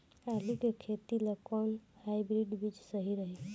आलू के खेती ला कोवन हाइब्रिड बीज सही रही?